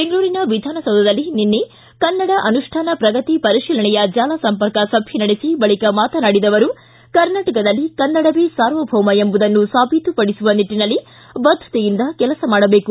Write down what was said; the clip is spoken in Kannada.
ಬೆಂಗಳೂರಿನ ವಿಧಾನಸೌಧದಲ್ಲಿ ನಿನ್ನೆ ಕನ್ನಡ ಅನುಷ್ಠಾನ ಪ್ರಗತಿ ಪರಿಶೀಲನೆಯ ಜಾಲ ಸಂಪರ್ಕ ಸಭೆ ನಡೆಸಿ ಬಳಿಕ ಮಾತನಾಡಿದ ಅವರು ಕರ್ನಾಟಕದಲ್ಲಿ ಕನ್ನಡವೇ ಸಾರ್ವಭೌಮ ಎಂಬುದನ್ನು ಸಾಬೀತು ಪಡಿಸುವ ನಿಟ್ಟನಲ್ಲಿ ಬದ್ದತೆಯಿಂದ ಕೆಲಸ ಮಾಡಬೇಕು